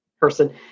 person